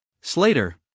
Slater